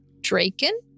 Draken